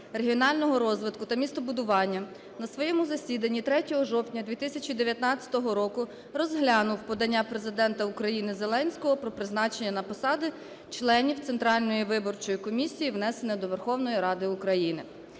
регіонального розвитку та містобудування на своєму засіданні 3 жовтня 2019 року розглянув подання Президента України Зеленського про призначення на посади членів Центральної виборчої комісії, внесений до Верховної Ради України.